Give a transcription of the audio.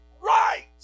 right